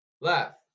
Left